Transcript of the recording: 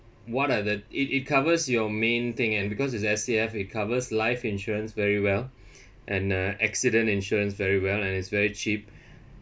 what are the it it covers your main thing and because is S_A_F it covers life insurance very well and uh accident insurance very well and is very cheap